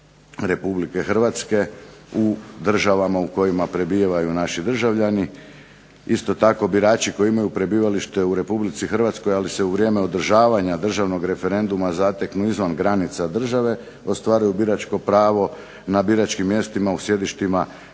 Republike Hrvatske u državama u kojima prebivaju naši državljani, isto tako birači koji imaju prebivalište u Republici Hrvatskoj, ali se u vrijeme održavanja državnog referenduma zateknu izvan granica države ostvaruju biračko pravo na biračkim mjestima u sjedištima